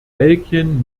belgien